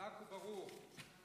חזק וברוך.